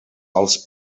els